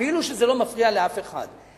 אפילו שזה לא מפריע לאף אחד,